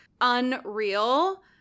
unreal